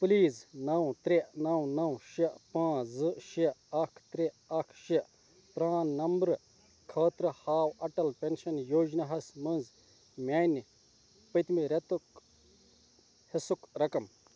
please نَو ترٛےٚ نَو نَو شےٚ پانٛژھ زٕ شےٚ اَکھ ترٛےٚ اَکھ شےٚ پرٛان نمبر خٲطرٕ ہاو اَٹل پٮ۪نشَن یوجناہَس مَنٛز میٛانہِ پٔتۍمہِ رٮ۪تُک حصُک رقم